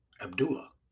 Abdullah